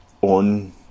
on